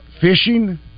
fishing